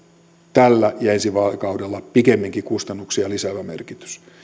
tällä ja ensi vaalikaudella pikemminkin kustannuksia lisäävä merkitys